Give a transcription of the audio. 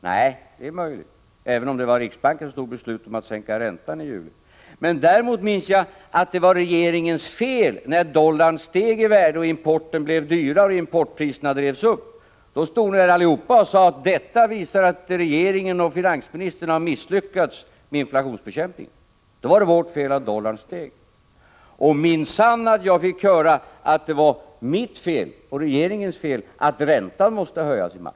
Nej, det är möjligt, även om det var riksbanken som fattade beslutet att sänka räntan i juli. Däremot minns jag att det var regeringens fel när dollarn steg i värde och importpriserna drevs upp. Då stod ni alla och sade att detta visar att regeringen och finansministern har misslyckats med inflationsbekämpningen. Då var det vårt fel att dollarn steg. Minsann fick jag höra att det var mitt och regeringens fel att räntan måste höjas i maj.